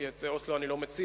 כי את אוסלו אני לא מציע,